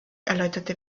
erläuterte